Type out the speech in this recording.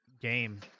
game